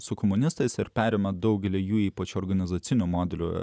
su komunistais ir perima daugelį jų ypač organizacinių modelių